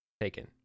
taken